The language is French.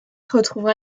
retrouvera